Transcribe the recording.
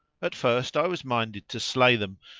at first i was minded to slay them,